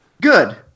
Good